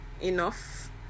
enough